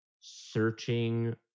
searching